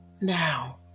Now